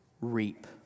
reap